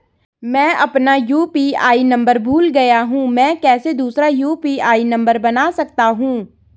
मैं अपना UPI number भूल गया हूँ मैं कैसे दूसरा यु.पी.आई नम्बर बना सकता हूँ?